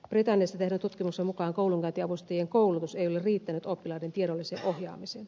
britanniassa tehdyn tutkimuksen mukaan koulunkäyntiavustajien koulutus ei ole riittänyt oppilaiden tiedolliseen ohjaamiseen